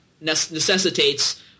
necessitates